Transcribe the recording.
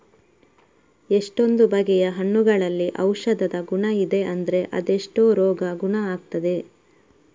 ಎಷ್ಟೊಂದು ಬಗೆಯ ಹಣ್ಣುಗಳಲ್ಲಿ ಔಷಧದ ಗುಣ ಇದೆ ಅಂದ್ರೆ ಅದೆಷ್ಟೋ ರೋಗ ಗುಣ ಆಗ್ತದೆ